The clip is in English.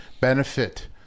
benefit